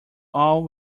all